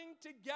together